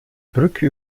brücke